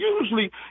Usually